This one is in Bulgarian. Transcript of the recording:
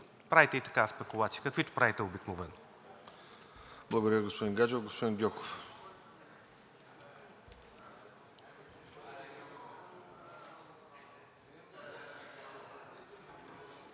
правите и такава спекулация, каквито правите обикновено.